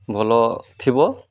ଭଲ ଥିବ